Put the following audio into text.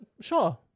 Sure